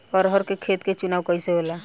अरहर के खेत के चुनाव कइसे होला?